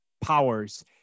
powers